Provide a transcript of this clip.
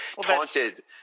taunted